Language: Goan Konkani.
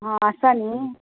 आसा न्हय